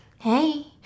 hey